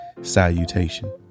salutation